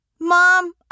Mom